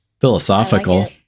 philosophical